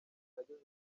ageze